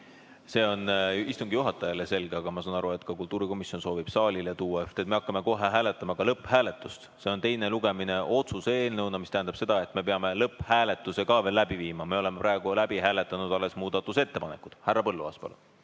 See on istungi juhatajale selge, aga ma saan aru, et kultuurikomisjon soovib saalile tuua [uue teksti], sest me hakkame kohe tegema lõpphääletust. See on otsuse eelnõu teine lugemine, mis tähendab seda, et me peame lõpphääletuse ka läbi viima. Me oleme praegu läbi hääletanud alles muudatusettepanekud. Härra Põlluaas,